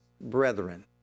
brethren